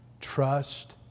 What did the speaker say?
Trust